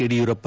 Yediyurappa